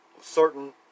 certain